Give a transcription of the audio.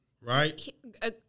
right